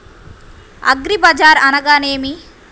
అగ్రిబజార్ అనగా నేమి?